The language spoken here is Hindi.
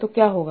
तो क्या होगा